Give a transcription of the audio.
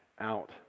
out